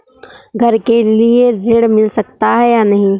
घर के लिए ऋण मिल सकता है या नहीं?